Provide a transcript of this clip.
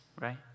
right